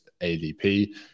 ADP